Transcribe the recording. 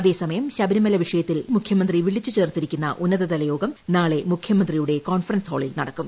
അതെ സമയം ശബരിമല വിഷയത്തിൽ മുഖ്യമന്തി വിളിച്ചുചേർത്തിരിക്കുന്ന ഉന്നതതല യോഗം നാളെ മുഖ്യമന്ത്രിയുടെ കോൺഫെറൻസ് ഹാളിൽ നടക്കും